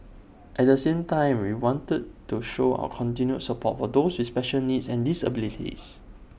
at the same time we want to show our continued support for those with special needs and disabilities